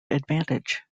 advantage